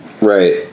Right